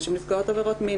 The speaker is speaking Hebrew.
נשים נפגעות עבירות מין,